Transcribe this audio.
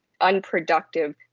unproductive